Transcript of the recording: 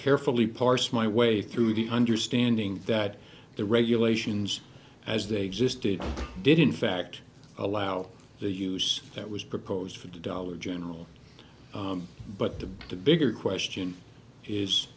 carefully parse my way through the understanding that the regulations as they existed did in fact allow the use that was proposed for the dollar general but the bigger question is